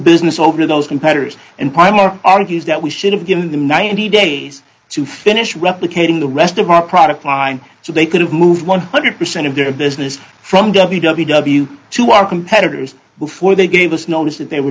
business over to those competitors and prime our argues that we should have given them ninety days to finish replicating the rest of our product line so they could have moved one hundred percent of their business from debbie debbie wu to our competitors before they gave us notice that they were